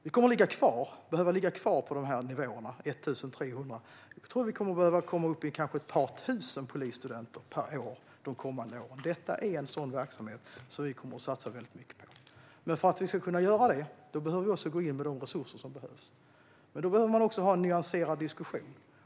Vi kommer att behöva ligga kvar på minst 1 300 och kanske gå upp till ett par tusen polisstudenter per år de kommande åren. Vi kommer att satsa mycket på denna verksamhet, och då måste vi gå in med de resurser som behövs. Vi behöver ha en nyanserad diskussion.